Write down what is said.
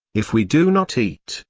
if we do not eat,